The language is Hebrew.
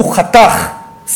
הוא חתך,